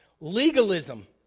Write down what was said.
Legalism